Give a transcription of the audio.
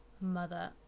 mother